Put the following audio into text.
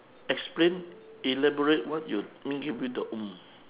explain elaborate what you mean give you the